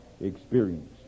experience